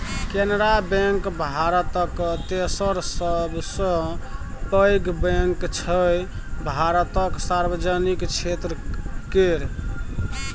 Canara bank भारतक तेसर सबसँ पैघ बैंक छै भारतक सार्वजनिक क्षेत्र केर